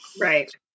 Right